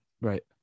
Right